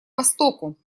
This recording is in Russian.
востоку